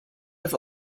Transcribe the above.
have